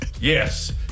yes